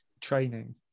training